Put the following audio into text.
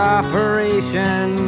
operation